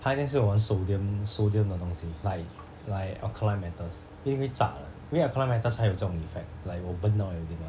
他一定是玩 sodium sodium 的东西 like like alkaline metals 一定会 的因为 alkaline metals 他有这种 effect like will burn down everything [one]